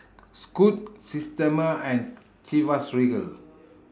Scoot Systema and Chivas Regal